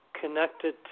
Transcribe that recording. connected